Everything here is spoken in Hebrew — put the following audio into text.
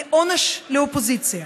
כעונש לאופוזיציה.